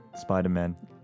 Spider-Man